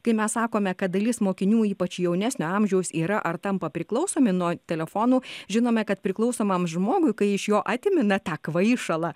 kai mes sakome kad dalis mokinių ypač jaunesnio amžiaus yra ar tampa priklausomi nuo telefonų žinome kad priklausomam žmogui kai iš jo atimi na tą kvaišalą